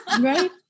Right